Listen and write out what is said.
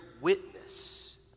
witness